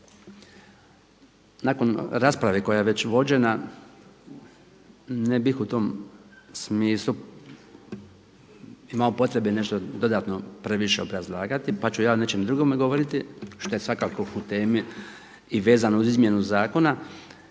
Nakon rasprave koja je već vođena, ne bih u tom smislu imao potrebe nešto dodatno previše obrazlagati pa ću ja o nečem drugom govoriti što je svakako u temi i vezano uz izmjenu zakona.